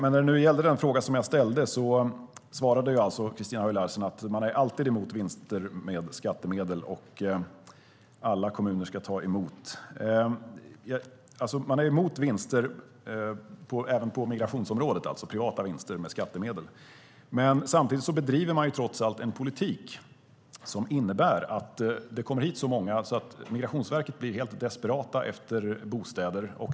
När det gällde den fråga som jag ställde svarade alltså Christina Höj Larsen att man är alltid emot vinster med skattemedel och att alla kommuner ska ta emot. Man är alltså emot privata vinster med skattemedel även på migrationsområdet. Samtidigt bedriver man trots allt en politik som innebär att det kommer hit så många att Migrationsverket blir helt desperata efter bostäder.